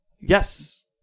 Yes